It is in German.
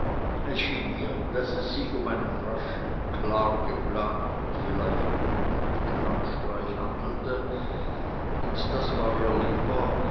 daß es sich um einen raschen klar geplanten vielleicht unblutigen handstreich handelte und das war ihr lieber